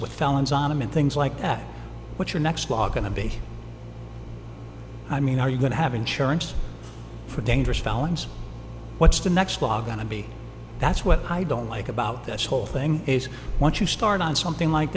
with felons on and things like that what's your next law going to be i mean are you going to have insurance for dangerous felons what's the next law going to be that's what i don't like about this whole thing is once you start on something like